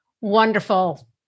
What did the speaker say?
wonderful